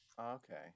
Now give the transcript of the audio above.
okay